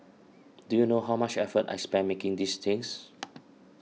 do you know how much effort I spent making these things